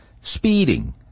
speeding